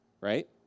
right